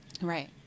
Right